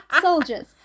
soldiers